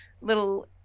little